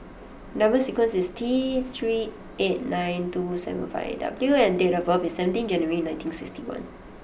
number sequence is T three eight nine two seven five W and date of birth is seventeen January nineteen sixty one